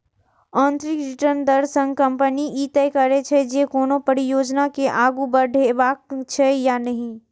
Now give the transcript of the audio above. आंतरिक रिटर्न दर सं कंपनी ई तय करै छै, जे कोनो परियोजना के आगू बढ़ेबाक छै या नहि